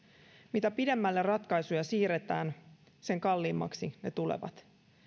mitä pidemmälle ratkaisuja siirretään sen kalliimmaksi ne tulevat